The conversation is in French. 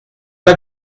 pas